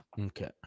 Okay